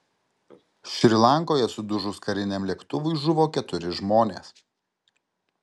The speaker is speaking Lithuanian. šri lankoje sudužus kariniam lėktuvui žuvo keturi žmonės